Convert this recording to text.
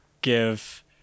give